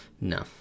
no